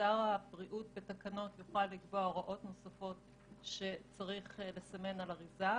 ששר הבריאות בתקנות יוכל לקבוע הוראות נוספות שצריך לסמן על אריזה,